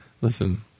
Listen